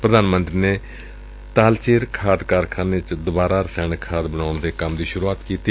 ਪੁਧਾਨ ਮੰਤਰੀ ਨੇ ਤਾਲਚੇਰ ਖਾਨ ਕਾਰਖਾਨੇ ਵਿਚ ਦੁਬਾਰਾ ਰਸਾਇਣਕ ਖਾਦ ਬਣਾਉਣ ਦੇ ਕੰਮ ਦੀ ਸੁਰੁਆਤ ਵੀ ਕੀਤੀ